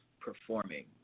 performing